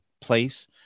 place